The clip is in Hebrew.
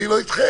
אני לא איתכם.